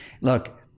Look